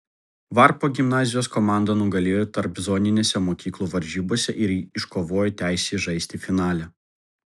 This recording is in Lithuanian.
varpo gimnazijos komanda nugalėjo tarpzoninėse mokyklų varžybose ir iškovojo teisę žaisti finale